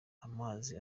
amazi